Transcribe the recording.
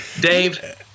Dave